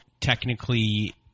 technically